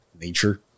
nature